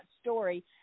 story